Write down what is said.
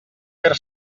fer